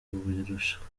kugurishwa